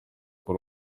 kuko